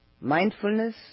Mindfulness